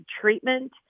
treatment